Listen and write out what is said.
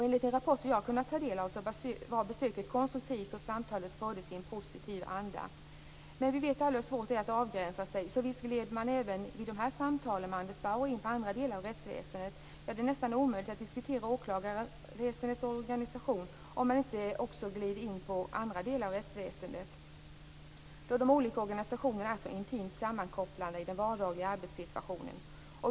Enligt de rapporter jag har kunnat ta del av var besöket konstruktivt, och samtalet fördes i en positiv anda. Men vi vet alla hur svårt det är att avgränsa sig, så visst gled man även vid samtalen med Anders Bauer in på andra delar av rättsväsendet. Det är nästan omöjligt att diskutera åklagarväsendets organisation utan att glida in på andra delar av rättsväsendet, då de olika organisationerna är så intimt sammankopplade i den vardagliga arbetssituationen.